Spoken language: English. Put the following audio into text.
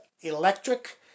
electric